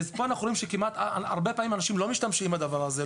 פה אנחנו רואים שהרבה פעמים אנשים לא משתמשים בדבר הזה,